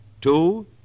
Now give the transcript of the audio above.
Two